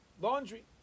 laundry